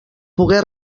pogué